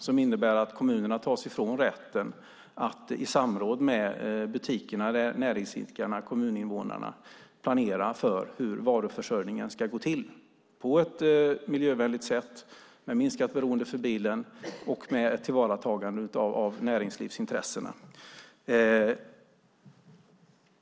Det innebär att kommunerna fråntas rätten att i samråd med butikerna, näringsidkarna och kommuninvånarna planera för hur varuförsörjningen ska gå till på ett miljövänligt sätt, med minskat beroende av bilen och med ett tillvaratagande av näringslivsintressena.